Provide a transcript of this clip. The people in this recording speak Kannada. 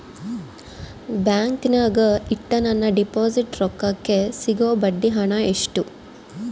ಬ್ಯಾಂಕಿನಾಗ ಇಟ್ಟ ನನ್ನ ಡಿಪಾಸಿಟ್ ರೊಕ್ಕಕ್ಕೆ ಸಿಗೋ ಬಡ್ಡಿ ಹಣ ಎಷ್ಟು?